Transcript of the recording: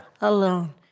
Alone